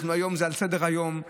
היום זה על סדר-היום,